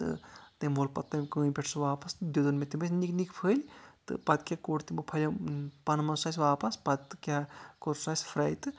تہٕ تٔمۍ وول پَتہٕ تٔمۍ کٲنۍ پٮ۪ٹھ سُہ واپَس دیُتُن مےٚ تِم ٲسۍ نِکۍ نِکۍ پھلۍ تہٕ پَتہٕ کیاہ کوٚڑ تِمو پھلیٚو پَنہٕ منٛز سُہ اَسہِ واپَس پَتہٕ کیاہ کوٚر سُہ اَسہِ فرے تہٕ